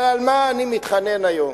אבל על מה אני מתחנן היום?